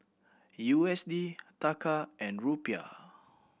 U S D Taka and Rupiah